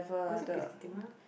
was it Bukit Timah